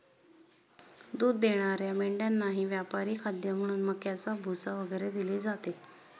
दूध देणाऱ्या मेंढ्यांनाही व्यापारी खाद्य म्हणून मक्याचा भुसा वगैरे दिले जाते